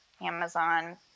Amazon